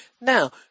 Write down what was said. Now